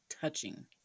touching